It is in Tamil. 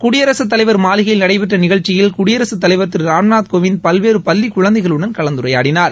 குடியரசுத் தலைவர் மாளிகையில் நடைபெற்ற நிகழ்ச்சியில் குடியரசுத் தலைவர் திரு ராம்நாத் கோவிந்த் பல்வேறு பள்ளி குழந்தைகளுடன் கலந்துரையாடினார்